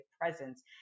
presence